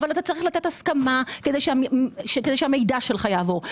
אבל אתה צריך לתת הסכמה כדי שהמידע שלך יעבור,